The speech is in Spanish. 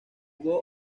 juega